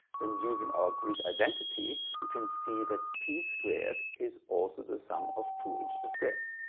then using our greek identity we can see that p squared is also the sum of two integer squares